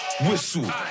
Whistle